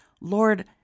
Lord